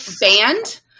banned